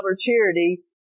charity